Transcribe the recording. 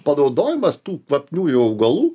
panaudojimas tų kvapniųjų augalų